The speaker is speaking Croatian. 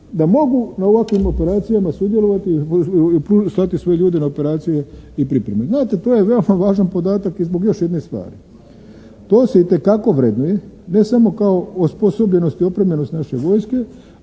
da mogu na ovakvim operacijama sudjelovati i slati svoje ljude na operacije i pripreme. Znate, to je veoma važan podatak i zbog još jedne stvari. To se itekako vrednuje ne samo kao osposobljenost i opremljenost naše vojske